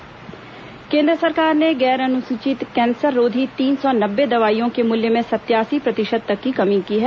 दवाई कीमत कमी केंद्र सरकार ने गैर अनुसूचित कैंसर रोधी तीन सौ नब्बे दवाइयों के मूल्य में सतयासी प्रतिशत तक की कमी की है